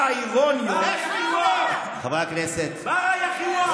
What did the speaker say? חבר הכנסת מלביצקי.